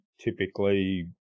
typically